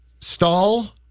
stall